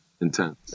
intense